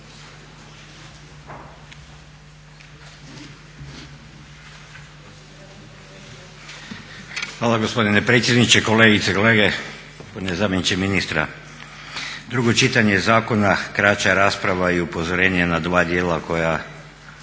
Hvala gospodine predsjedniče. Kolegice i kolege, gospodine zamjeniče ministra. Drugo čitanje zakona, kraća rasprava i upozorenje na dva dijela koja